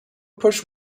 pushed